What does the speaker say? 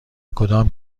کدام